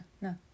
no